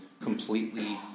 completely